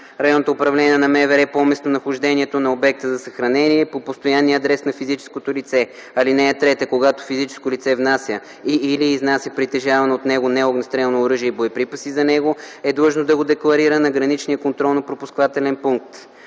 районното управление на МВР по местонахождение на обекта за съхранение или по постоянния адрес на физическото лице. (3) Когато физическо лице внася и/или изнася притежавано от него неогнестрелно оръжие и боеприпаси за него, е длъжно да го декларира на граничния контролно-пропускателен пункт